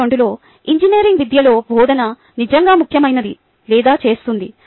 1972 లో ఇంజనీరింగ్ విద్యలో బోధన నిజంగా ముఖ్యమైనది లేదా చేస్తుంది